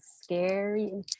scary